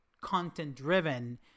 content-driven